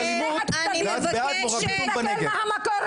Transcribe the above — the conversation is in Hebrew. שאמר חבר הכנסת פרוש,